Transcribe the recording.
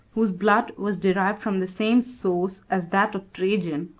whose blood was derived from the same source as that of trajan,